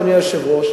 אדוני היושב-ראש,